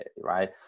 right